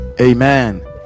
Amen